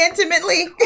intimately